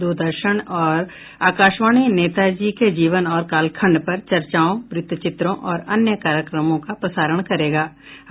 दूरदर्शन और आकाशवाणी नेताजी के जीवन और कालखंड पर चर्चाओं वृत्तचित्रों और अन्य कार्यक्रमों का प्रसारण करेंगे